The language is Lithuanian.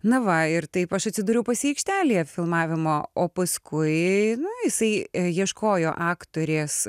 na va ir taip aš atsidūriau pas jį aikštelėje filmavimo o paskui nu jisai ieškojo aktorės